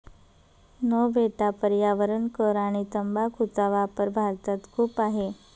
no बेटा पर्यावरण कर आणि तंबाखूचा वापर भारतात खूप आहे